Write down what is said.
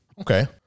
Okay